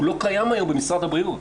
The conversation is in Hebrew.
הוא לא קיים היום במשרד הבריאות.